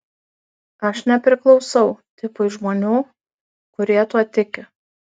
aš nepriklausau tipui žmonių kurie tuo tiki